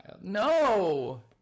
No